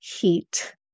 heat